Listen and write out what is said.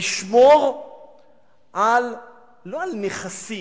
ככה על-כורחם,